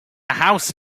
house